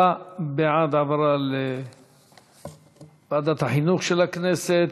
עשרה בעד העברה לוועדת החינוך של הכנסת,